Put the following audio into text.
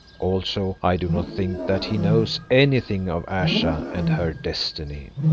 also i do not think that he knows anything of ayesha and her destiny.